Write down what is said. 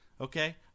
Okay